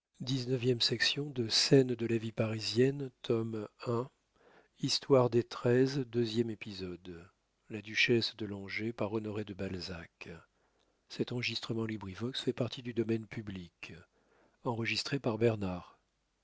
ix scènes de la vie parisienne tome i author honoré de balzac